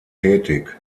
tätig